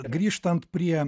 grįžtant prie